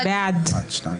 מי נגד?